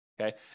okay